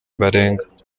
barenga